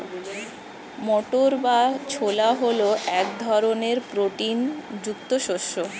মটর বা ছোলা হল এক ধরনের প্রোটিন যুক্ত শস্য